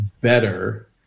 better